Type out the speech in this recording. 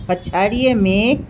पछाड़ीअ में